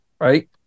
right